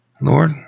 Lord